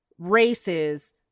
races